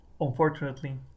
Unfortunately